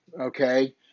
okay